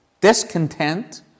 discontent